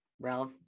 Ralph